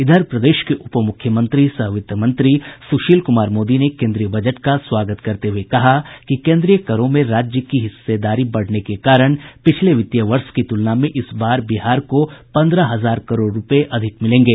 इधर प्रदेश के उप मुख्यमंत्री सह वित्त मंत्री सुशील कुमार मोदी ने केन्द्रीय बजट का स्वागत करते हुये कहा कि केन्द्रीय करों में राज्य की हिस्सेदारी बढ़ने के कारण पिछले वित्तीय वर्ष की तुलना में इस बार बिहार को पन्द्रह हजार करोड़ रूपये अधिक मिलेंगे